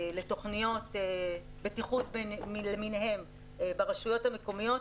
לתוכניות בטיחות למיניהן ברשויות המקומיות,